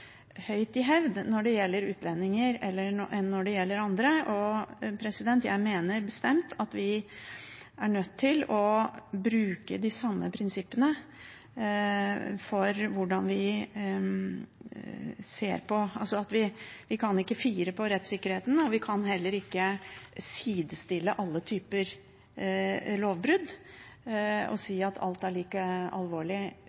høyt i hevd når det gjelder utlendinger sammenlignet med andre. Jeg mener bestemt at vi er nødt til å bruke de samme prinsippene. Vi kan ikke fire på rettssikkerheten, og vi kan heller ikke sidestille alle typer lovbrudd og